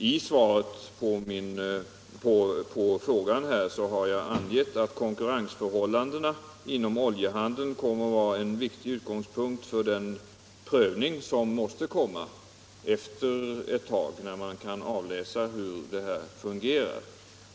I svaret på frågan har jag angett att konkurrensförhållandena inom oljehandeln kommer att vara en viktig utgångspunkt för den prövning som måste komma efter ett tag, när man kan avläsa hur förordningen fungerar.